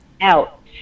out